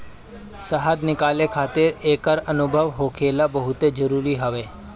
शहद निकाले खातिर एकर अनुभव होखल बहुते जरुरी हवे